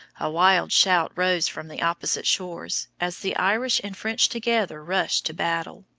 a wild shout rose from the opposite shore, as the irish and french together rushed to battle.